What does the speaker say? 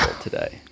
today